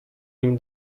nim